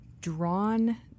drawn